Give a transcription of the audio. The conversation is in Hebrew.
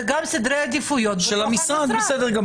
זה גם סדרי עדיפויות בתוך המשרד.